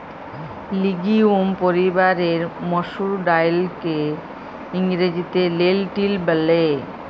legume পরিবারের মসুর ডাইলকে ইংরেজিতে লেলটিল ব্যলে